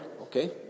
okay